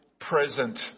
present